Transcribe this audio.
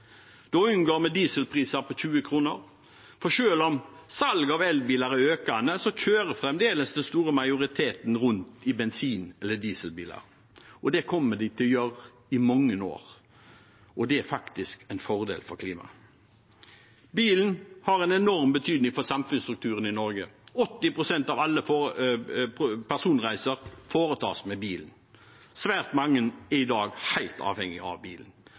Da unngår vi dieselpriser på 20 kr. For selv om salget av elbiler er økende, kjører fremdeles den store majoriteten rundt i bensin- eller dieselbiler. Det kommer de til å gjøre i mange år, og det er faktisk en fordel for klimaet. Bilen har en enorm betydning for samfunnsstrukturen i Norge. 80 pst. av alle personreiser foretas med bil. Svært mange er i dag helt avhengige av bilen.